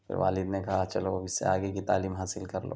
پھر والد نے کہا چلو اس سے آگے کی تعلیم حاصل کر لو